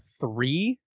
three